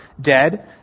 dead